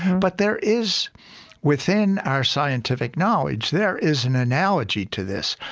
but there is within our scientific knowledge, there is an analogy to this.